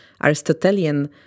Aristotelian